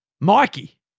Mikey